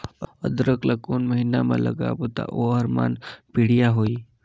अदरक ला कोन महीना मा लगाबो ता ओहार मान बेडिया होही?